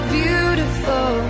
beautiful